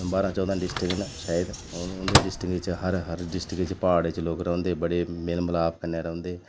बारां चौदां डिस्ट्रिक न शायद और उ'नें डिस्ट्रिकें च हर हर डिस्ट्रिक च प्हाड़ च लोक रौंह्दे बडे़ मेल मलाप कन्नै रौंह्दे